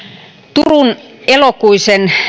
turun elokuisen